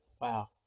Wow